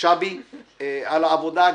שבי גטניו על העבודה.